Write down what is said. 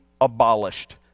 abolished